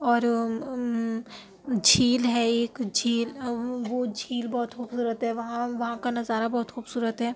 اور جھیل ہے ایک جھیل وہ جھیل بہت خوبصورت ہے وہاں وہاں کا نظارہ بہت خوبصورت ہے